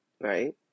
right